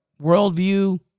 worldview